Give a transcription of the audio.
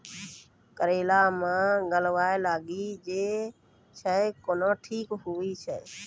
करेला मे गलवा लागी जे छ कैनो ठीक हुई छै?